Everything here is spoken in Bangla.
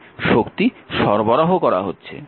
মানে শক্তি সরবরাহ করা হচ্ছে